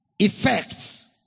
Effects